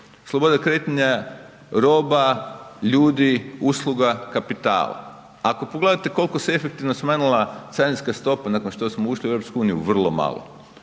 Sloboda kretanja roba, ljudi, usluga, kapitala. Ako pogledate koliko se efektivno smanjila carinska stopa nakon što smo ušli u Europsku